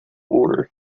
order